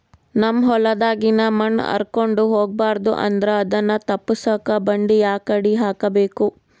ನಮ್ ಹೊಲದಾಗಿನ ಮಣ್ ಹಾರ್ಕೊಂಡು ಹೋಗಬಾರದು ಅಂದ್ರ ಅದನ್ನ ತಪ್ಪುಸಕ್ಕ ಬಂಡಿ ಯಾಕಡಿ ಹಾಕಬೇಕು?